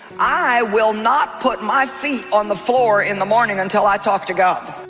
i will not put my feet on the floor in the morning until i talk to god